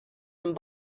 been